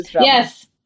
Yes